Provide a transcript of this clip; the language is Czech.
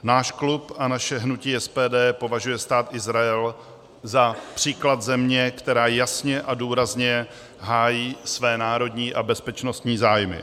Náš klub a naše hnutí SPD považuje Stát Izrael za příklad země, která jasně a důrazně hájí své národní a bezpečnostní zájmy.